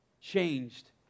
changed